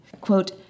Quote